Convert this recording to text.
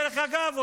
דרך אגב,